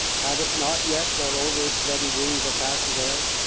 had it not yet got over its bloody wounds of passchendaele?